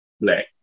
black